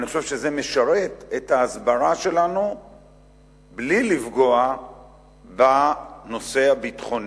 אני חושב שזה משרת את ההסברה שלנו בלי לפגוע בנושא הביטחוני.